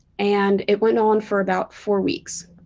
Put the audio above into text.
and it went on for about four weeks.